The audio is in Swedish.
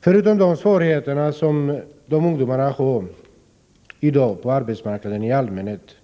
Förutom de svårigheter som invandrarungdomarna har i dag på arbetsmarknaden i allmänhet,